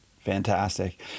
Fantastic